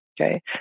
okay